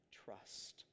trust